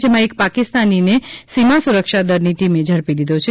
જેમાં એક પાકિસ્તાનીને સીમા સુરક્ષા દળની ટીમે ઝડપી લીધો છે